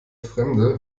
fremde